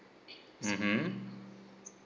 mmhmm